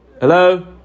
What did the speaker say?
Hello